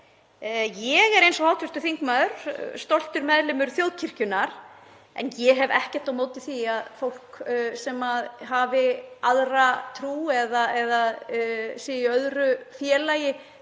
Ég er eins og hv. þingmaður stoltur meðlimur þjóðkirkjunnar en ég hef ekkert á móti því að fólk sem hefur aðra trú eða er í öðru félagi